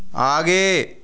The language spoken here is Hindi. आगे